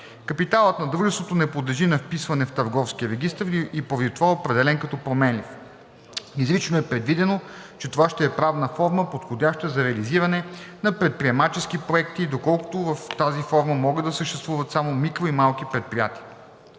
Капиталът на дружеството не подлежи на вписване в Търговския регистър и поради това е определен като „променлив“. Изрично е предвидено, че това ще е правна форма, подходяща за реализиране на предприемачески проекти, доколкото в тази форма могат да съществуват само микро- и малки предприятия.